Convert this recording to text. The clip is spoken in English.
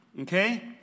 Okay